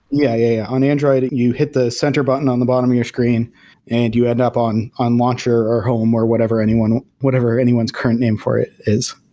yeah, yeah. on android, you hit the center button on the bottom of your screen and you end up on on launcher, or home, or whatever anyone's whatever anyone's current name for it is.